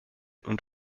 und